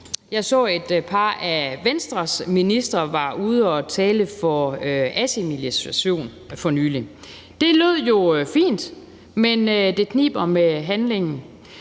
Jeg så et par af Venstres ministre være ude at tale for assimilation for nylig. Det lød jo fint, men det kniber med handling.